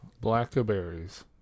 blackberries